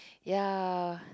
ya